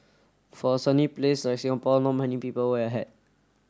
for a sunny place a Singapore not many people wear a hat